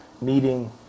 meeting